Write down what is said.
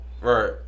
Right